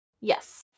Yes